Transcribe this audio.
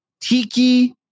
tiki